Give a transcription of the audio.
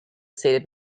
seated